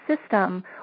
system